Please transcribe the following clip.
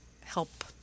help